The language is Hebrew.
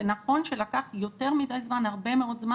זה נכון שלקח הרבה מאוד זמן.